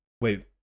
wait